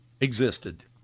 existed